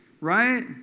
right